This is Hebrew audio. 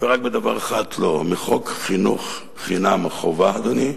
ורק בדבר אחד לא, בחוק חינוך חינם חובה, אדוני.